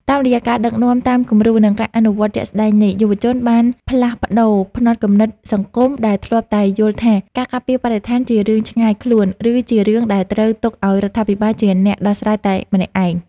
តាមរយៈការដឹកនាំតាមគំរូ និងការអនុវត្តជាក់ស្ដែងនេះ យុវជនបានផ្លាស់ប្តូរផ្នត់គំនិតសង្គមដែលធ្លាប់តែយល់ថា ការការពារបរិស្ថានជារឿងឆ្ងាយខ្លួន ឬជារឿងដែលត្រូវទុកឱ្យរដ្ឋាភិបាលជាអ្នកដោះស្រាយតែម្នាក់ឯង។